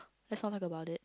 that sound like about it